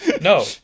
No